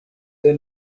the